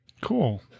Cool